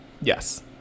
Yes